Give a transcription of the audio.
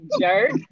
jerk